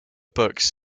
books